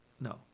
No